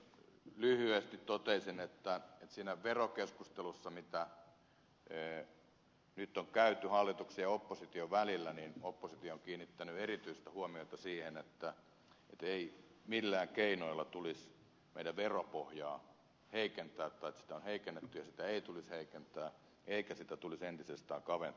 lyhyesti totean että siinä verokeskustelussa mitä nyt on käyty hallituksen ja opposition välillä oppositio on kiinnittänyt erityistä huomiota siihen että veropohjaamme on heikennetty eikä sitä tulisi heikentää eikä entisestään kaventaa